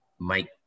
mike